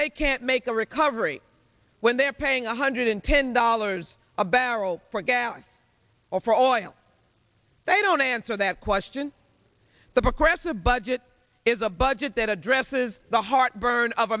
they can't make a recovery when they're paying a hundred and ten dollars a barrel for a gallon or for oil they don't answer that question the progressive budget is a budget that addresses the heartburn of